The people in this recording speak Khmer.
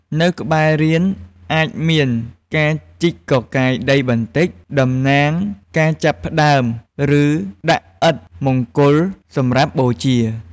នៅក្បែររាន អាចមាន ការជីកកកាយដីបន្តិច តំណាងការចាប់ផ្ដើម ឬដាក់ឥដ្ឋមង្គលសម្រាប់បូជា។